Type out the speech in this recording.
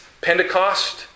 Pentecost